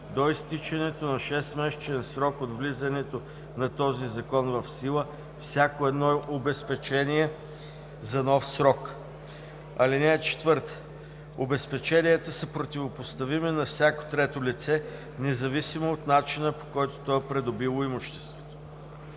до изтичането на 6-месечен срок от влизането на този закон в сила всяко едно обезпечение за нов срок. (4) Обезпеченията са противопоставими на всяко трето лице, независимо от начина по който то е придобило имуществото.